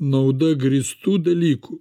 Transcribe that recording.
nauda grįstų dalykų